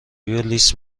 لیس